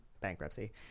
bankruptcy